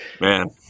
Man